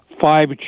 five